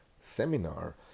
seminar